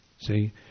See